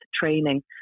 training